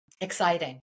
exciting